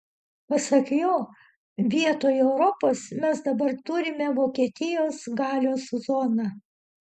pasak jo vietoj europos mes dabar turime vokietijos galios zoną